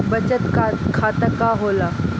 बचत खाता का होला?